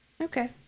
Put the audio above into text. Okay